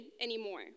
anymore